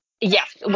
Yes